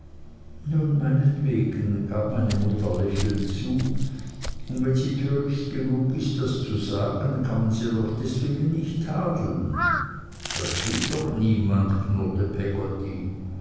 nun meinetwegen gab meine mutter lächelnd zu und wenn sie töricht genug ist das zu sagen kann man sie doch deswegen nicht tadeln das tut doch niemand knurrte peggotty